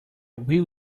will